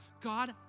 God